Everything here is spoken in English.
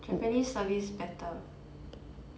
japanese service better